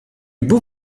beau